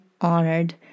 honored